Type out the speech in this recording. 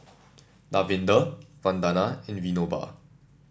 Davinder Vandana and Vinoba